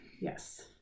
yes